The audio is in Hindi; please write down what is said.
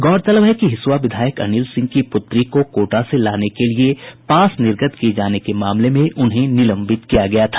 गौरतलब है कि हिसुआ विधायक अनिल सिंह की पुत्री को कोटा से लाने के लिये पास निर्गत किये जाने के मामले में उन्हें निलंबित किया गया था